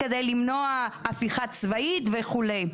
כדי למנוע הפיכה צבאית וכו'.